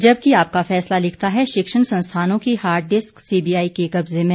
जबकि आपका फैसला लिखता है शिक्षण संस्थानों की हार्ड डिस्क सीबीआई के कब्जे में